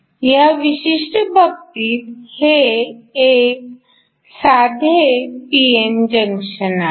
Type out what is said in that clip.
ह्या विशिष्ट बाबतीत हे एक साधे p n जंक्शन आहे